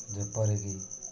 ଯେପରିକି